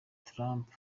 trump